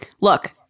look